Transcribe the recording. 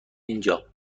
اینجا